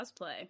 cosplay